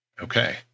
Okay